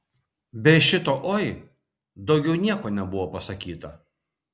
be šito oi daugiau nieko nebuvo pasakyta